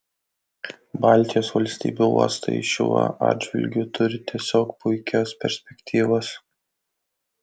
baltijos valstybių uostai šiuo atžvilgiu turi tiesiog puikias perspektyvas